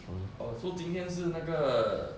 oh so 今天是那个